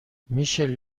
میشه